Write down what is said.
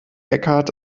eckhart